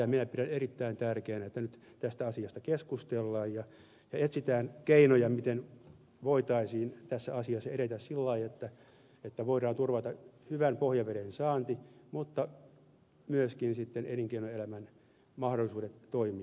minä pidän erittäin tärkeänä että nyt tästä asiasta keskustellaan ja etsitään keinoja miten voitaisiin tässä asiassa edetä sillä lailla että voidaan turvata hyvän pohjaveden saanti ja myöskin elinkeinoelämän mahdollisuudet toimia